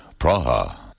Praha